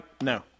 No